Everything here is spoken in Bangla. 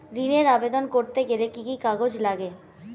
ঋণের আবেদন করতে গেলে কি কি কাগজ লাগে?